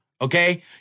Okay